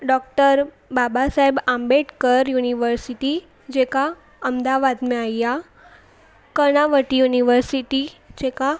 doctor Baba Sahib Ambedkar university जेका अहमदाबाद में आई आहे कर्नावट युनिवर्सिटी जेका